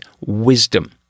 wisdom